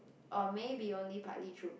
or maybe only partly true